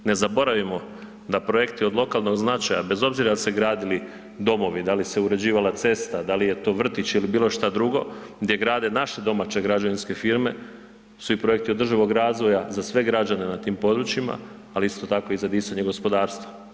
Ne zaboravimo da projekti od lokalnog značaja, bez obzira jel se gradili domovi, da li se uređivala cesta, da li je to vrtić ili bilo što drugo gdje grade naše domaće građevinske firme su i projekti održivog razvoja za sve građane na tim područjima, ali isto tako i za disanje gospodarstva.